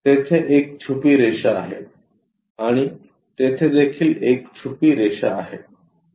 तेथे एक छुपी रेषा आहे आणि तेथे देखील एक छुपी रेषा आहे